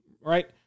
right